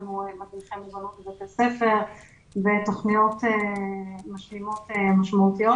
לנו מדריכי מוגנות בבתי ספר ותוכניות משלימות משמעותיות.